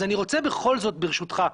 אז אני רוצה בכל זאת בראשותך,